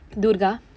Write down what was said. durga